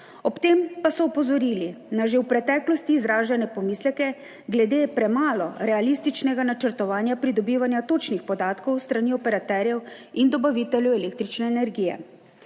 ob tem pa so opozorili na že v preteklosti izražene pomisleke glede premalo realističnega načrtovanja pridobivanja točnih podatkov s strani operaterjev in dobaviteljev električne energije.